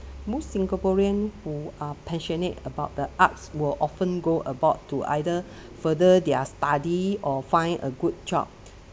most singaporean who are passionate about the arts will often go abroad to either further their study or find a good job